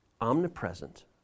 omnipresent